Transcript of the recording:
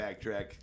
backtrack